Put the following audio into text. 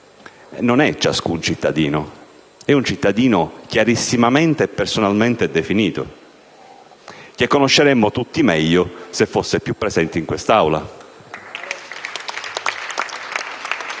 non è così, perché parliamo di un cittadino chiarissimamente e personalmente definito, che conosceremmo tutti meglio se fosse più presente in quest'Aula.